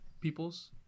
peoples